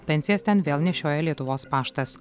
pensijas ten vėl nešioja lietuvos paštas